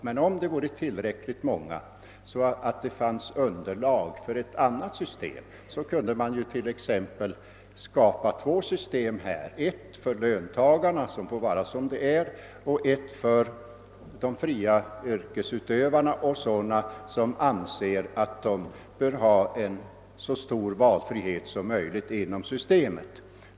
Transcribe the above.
Men om det vore tillräckligt många, så att det fanns underlag för ett annat system, kunde man t.ex. skapa två system, ett för löntagarna, som får vara som det är, och ett för de fria yrkesutövarna och sådana som anser att de bör ha en så stor valfrihet som möjligt inom systemet.